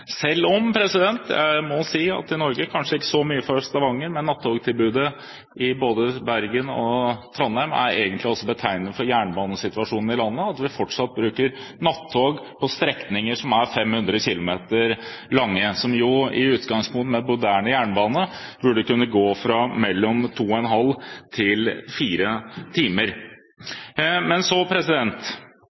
selv om jeg må si – kanskje ikke så mye for Stavanger, men – at nattogtilbudet fra både Bergen og Trondheim er egentlig ganske betegnende for jernbanesituasjonen i landet: at vi fortsatt bruker nattog på strekninger som er 500 km lange, som i utgangspunktet, med moderne jernbane, burde kunne ta 2,5–4 timer. Men